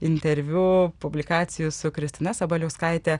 interviu publikacijų su kristina sabaliauskaite